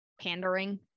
pandering